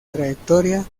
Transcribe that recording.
trayectoria